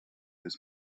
bis